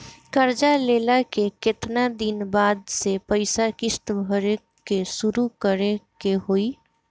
कर्जा लेला के केतना दिन बाद से पैसा किश्त भरे के शुरू करे के होई?